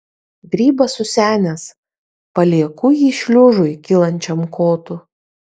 grybas susenęs palieku jį šliužui kylančiam kotu